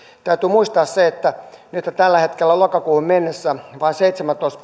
täytyy muistaa se että tällä hetkellä lokakuuhun mennessä vain seitsemäntoista